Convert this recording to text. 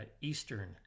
Eastern